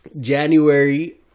January